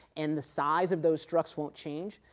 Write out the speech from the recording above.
and the size of those structs won't change.